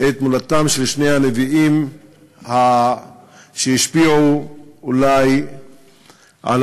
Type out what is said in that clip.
את הולדתם של שני הנביאים שהשפיעו על האנושות